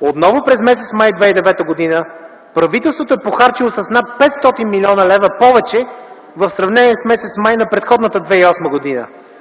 отново през м. май 2009 г., правителството е похарчило с над 500 млн. лева повече в сравнение с м. май на предходната 2008 г.